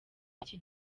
iki